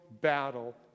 battle